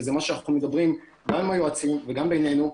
וזה מה שאנחנו מדברים גם עם היועצים וגם בינינו,